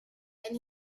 and